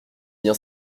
bien